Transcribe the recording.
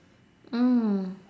mm